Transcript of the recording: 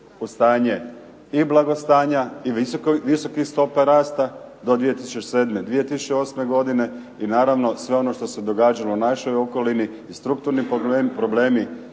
u stanje i blagostanja i visokih stopa rasta do 2007., 2008. godine i naravno sve ono što se događalo našoj okolini i strukturni problemi